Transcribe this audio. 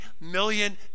million